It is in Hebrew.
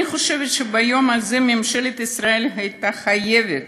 אני חושבת שביום הזה ממשלת ישראל חייבת